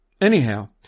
Anyhow